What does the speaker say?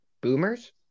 boomers